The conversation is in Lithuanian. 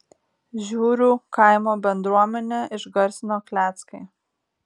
žiurių kaimo bendruomenę išgarsino kleckai